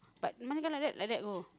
but my the like that like that go